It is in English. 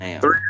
Three